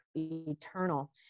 eternal